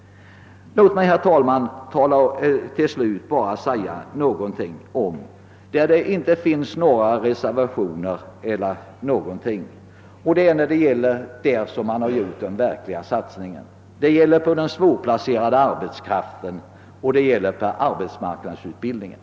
Låt mig till slut, herr talman, säga några ord om det område där den verkliga satsningen gjorts och där det inte föreligger några reservationer. Det gäller den svårplacerade arbetskraften och det gäller arbetsmarknadsutbildningen.